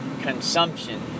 consumption